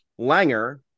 Langer—